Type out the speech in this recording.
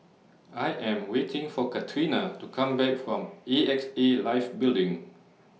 I Am waiting For Catrina to Come Back from A X A Life Building